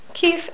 Keith